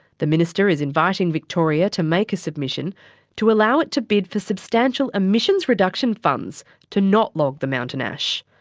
the minister is inviting victoria to make a submission to allow it to bid for substantial emission reduction funds to not log the mountain ash,